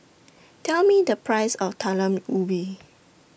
Tell Me The Price of Talam Ubi